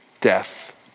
death